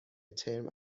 ترم